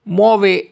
muove